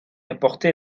apporter